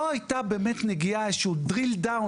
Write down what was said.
לא הייתה באמת נגיעה, איזשהו drill down,